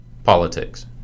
Politics